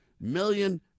million